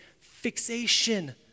fixation